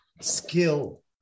skill